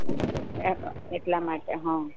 એમ એટલા માટે હં